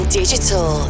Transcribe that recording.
digital